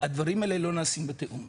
הדברים האלה לא נעשים בתיאום.